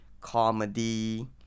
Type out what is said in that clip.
comedy